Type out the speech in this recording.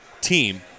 team